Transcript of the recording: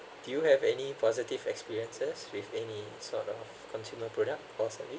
do you have any positive experiences with any sort of consumer product cause of it